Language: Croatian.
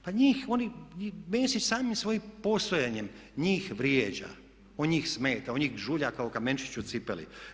Pa njih, oni, Mesić samim svojim postojanjem njih vrijeđa, on njih smeta, on njih žulja kao kamenčić u cipeli.